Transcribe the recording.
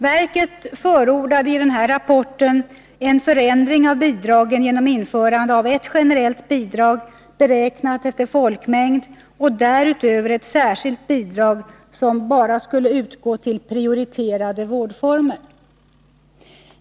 Verket förordade i denna rapport en förändring av bidragen genom införande av ett generellt bidrag, beräknat efter folkmängd, och därutöver ett särskilt bidrag som bara skulle utgå till prioriterade vårdformer.